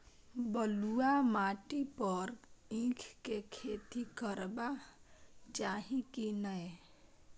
बलुआ माटी पर ईख के खेती करबा चाही की नय?